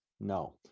No